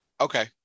Okay